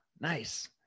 Nice